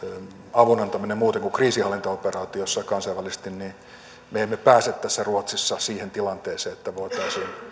avun antaminen muuten kuin kriisinhallintaoperaatioissa kansainvälisesti niin me emme pääse ruotsin kanssa siihen tilanteeseen että voitaisiin